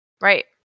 Right